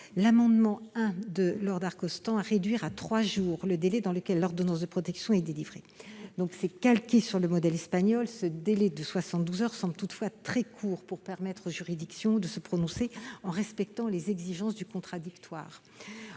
, présenté par Laure Darcos, tend à réduire à trois jours le délai dans lequel l'ordonnance de protection est délivrée. Calqué sur le modèle espagnol, le délai de 72 heures semble déjà très court pour permettre aux juridictions de se prononcer en respectant les exigences du contradictoire.